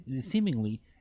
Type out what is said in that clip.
seemingly